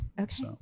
Okay